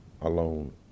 alone